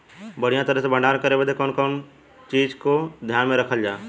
बढ़ियां तरह से भण्डारण करे बदे कवने कवने चीज़ को ध्यान रखल जा?